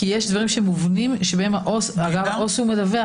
כי יש דברים מובנים שבהם העובד הסוציאלי הוא מדווח,